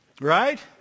right